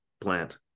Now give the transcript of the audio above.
plant